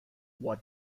what